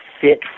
fit